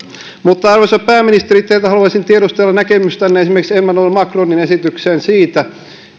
mutta arvoisa pääministeri teiltä haluaisin tiedustella näkemystänne esimerkiksi emmanuel macronin esitykseen siitä